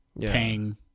tang